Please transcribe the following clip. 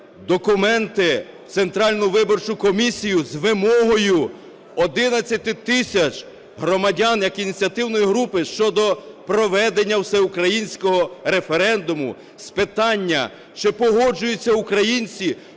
документи в Центральну виборчу комісію з вимогою 11 тисяч громадян як ініціативної групи щодо проведення всеукраїнського референдуму з питання, чи погоджуються українці